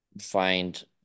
find